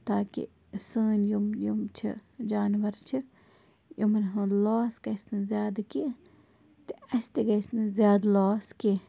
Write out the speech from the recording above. تاکہِ سٲنۍ یِم یِم چھِ جانوَر چھِ یِمَن ہُنٛد لاس گژھنہٕ زیادٕ کیٚنٛہہ تہِ اَسہِ تہِ گژھنہٕ زیادٕ لاس کیٚنٛہہ